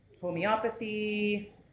Homeopathy